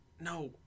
No